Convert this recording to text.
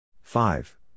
Five